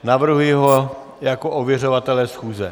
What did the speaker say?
Navrhuji ho jako ověřovatele schůze.